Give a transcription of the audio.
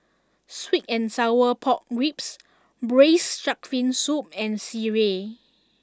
Sweet and Sour Pork Bibs Braised Shark Fin Soup and Sireh